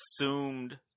assumed